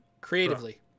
Creatively